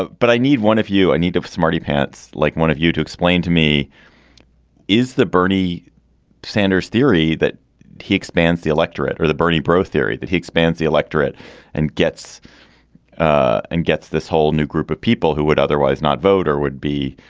but i need one of you. i need to smarty-pants like one of you to explain to me is the bernie sanders theory that he expands the electorate or the bernie perot theory that he expands the electorate and gets and gets this whole new group of people who would otherwise not vote or would be.